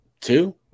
Two